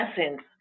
essence